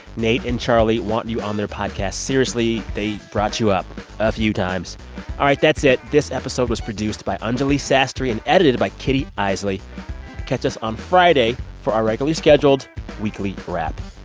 nate and charlie want you on their podcast. seriously, they brought you up a few times all right, that's it. this episode was produced by anjuli sastry and edited by kitty eisele. catch us on friday for our regularly scheduled weekly wrap.